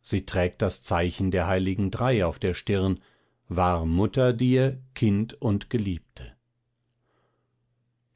sie trägt das zeichen der heiligen drei auf der stirn war mutter dir kind und geliebte